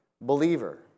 believer